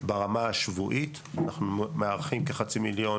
ברמה השבועית כי אנחנו מארחים כחצי מיליון